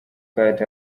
court